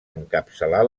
encapçalar